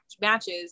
matches